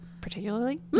particularly